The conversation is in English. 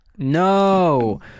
no